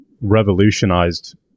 revolutionized